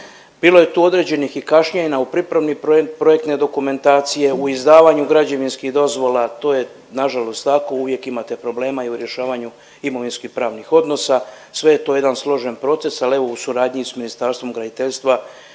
Bilo je tu određenih i kašnjenja u pripremi projektne dokumentacije, u izdavanju građevinskih dozvola. To je na žalost tako, uvijek imate problema i u rješavanju imovinskih pravnih odnosa. Sve je to je jedan složen proces, ali evo u suradnji sa Ministarstvom graditeljstva